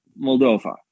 Moldova